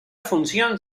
funcions